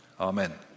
Amen